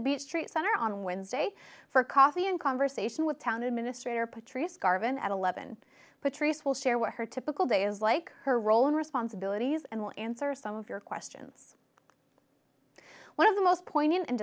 the beach street center on wednesday for coffee and conversation with town administrator patrice garvin at eleven patrice will share what her typical day is like her role and responsibilities and we'll answer some of your questions one of the most poignant and